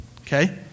Okay